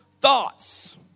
thoughts